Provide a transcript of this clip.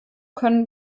können